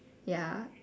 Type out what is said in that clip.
ya